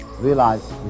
realize